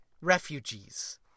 refugees